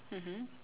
mmhmm